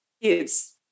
kids